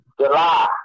July